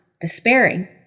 despairing